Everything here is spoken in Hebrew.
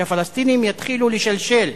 שהפלסטינים יתחילו לשלשל,